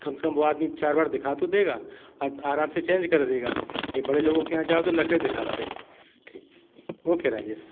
कम से कम वह आदमी चार बार दिखा तो देगा आराम से चेंज कर देगा यह बड़े लोगों के यहाँ जाओ तो नखरे दिखाते हैं ठीक ओके राजेश